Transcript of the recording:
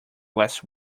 last